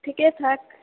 ठीके ठाक